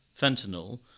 fentanyl